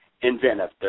inventive